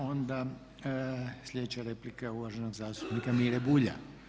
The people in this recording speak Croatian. Onda sljedeća je replika uvaženog zastupnika Mire Bulja.